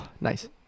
Nice